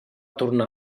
tornar